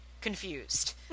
confused